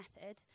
method